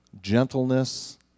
gentleness